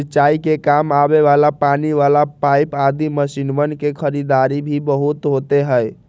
सिंचाई के काम आवे वाला पानी वाला पाईप आदि मशीनवन के खरीदारी भी बहुत होते हई